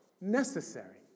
necessary